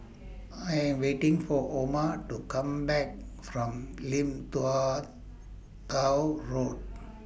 I Am waiting For Oma to Come Back from Lim Tua Tow Road